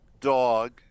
dog